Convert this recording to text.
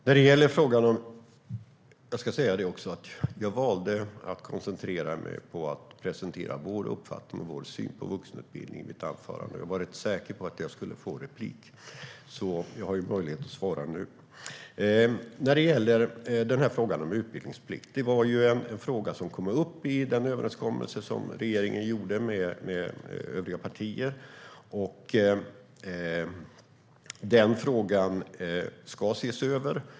Herr talman! Jag valde att koncentrera mig på att presentera vår uppfattning om och vår syn på vuxenutbildning i mitt anförande. Jag var rätt säker på att det skulle bli repliker. Jag har därför möjlighet att svara nu. Frågan om utbildningsplikt var en fråga som kom upp i den överenskommelse som regeringen gjorde med övriga partier. Den frågan ska ses över.